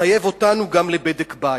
מחייב אותנו גם לבדק בית.